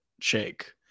shake